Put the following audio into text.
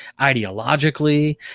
ideologically